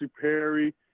Perry